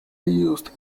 used